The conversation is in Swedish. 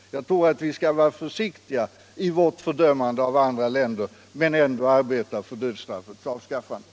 Jag tror att vi bör vara försiktiga i vårt fördömande av andra länder, men ändå arbeta för dödsstraffets avskaffande.